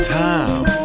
time